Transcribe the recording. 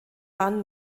waren